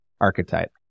archetype